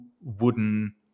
wooden